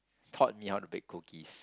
taught me how to bake cookies